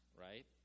right